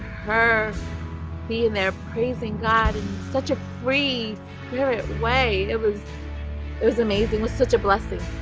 her being there praising god such a free spirit way it was it was amazing, was such a blessing